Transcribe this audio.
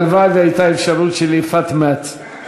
הלוואי שהייתה אפשרות של אִלי פאת מאת.